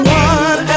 one